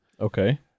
Okay